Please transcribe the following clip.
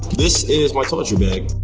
this is my toiletry bag.